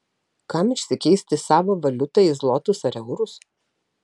kam išsikeisti savą valiutą į zlotus ar eurus